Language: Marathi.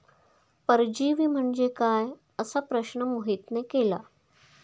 परजीवी म्हणजे काय? असा प्रश्न मोहितने केला